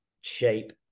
shape